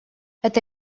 это